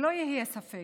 שלא יהיה ספק,